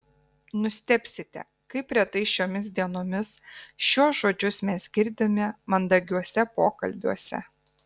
nustebsite kaip retai šiomis dienomis šiuos žodžius mes girdime mandagiuose pokalbiuose